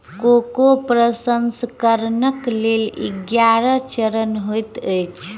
cocoa प्रसंस्करणक लेल ग्यारह चरण होइत अछि